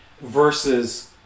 versus